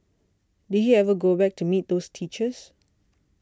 did he ever go back to meet those teachers